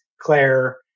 Claire